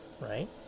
right